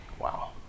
Wow